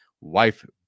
wife